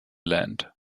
land